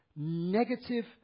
Negative